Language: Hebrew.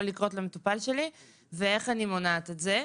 לקרות למטופל שלי ואיך אני מונעת את זה.